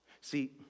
See